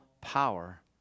power